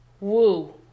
Woo